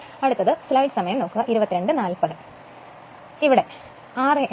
അങ്ങനെ അതായത് Eb 2 V ∅2 ra